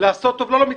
לעשות טוב לא למתמחים,